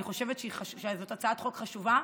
אני חושבת שזאת הצעת חוק חשובה.